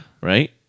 Right